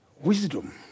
wisdom